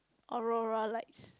Aurora like